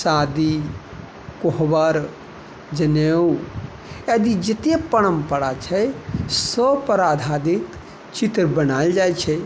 शादी कोहबर जनेउ आदि जत्ते परम्परा छै सभपर आधारित चित्र बनायल जाइ छै